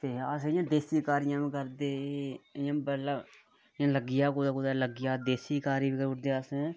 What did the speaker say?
ते इयै देसी कारियां करदे इयां लग्गियां कुदै कुदै ते देसियां कारियां करने अस